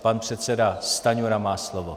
Pan předseda Stanjura má slovo.